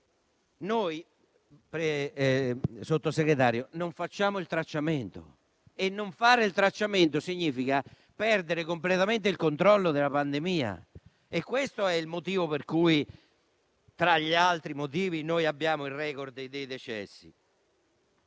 Sottosegretario, non facciamo il tracciamento; e non fare il tracciamento significa perdere completamente il controllo della pandemia. Questo è il motivo per cui, tra gli altri, abbiamo il *record* dei decessi.